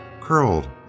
curled